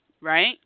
Right